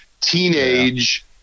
teenage